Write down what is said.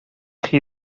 chi